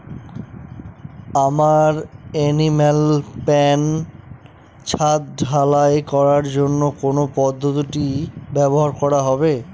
আমার animal pen ছাদ ঢালাই করার জন্য কোন পদ্ধতিটি ব্যবহার করা হবে?